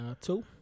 Two